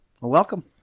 Welcome